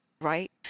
right